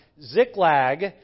Ziklag